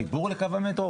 חיבור לקו המטרו,